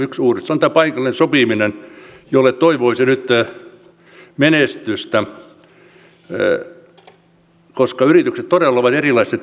yksi uudistus on tämä paikallinen sopiminen jolle toivoisi nyt menestystä koska yritykset todella ovat erilaisessa tilanteessa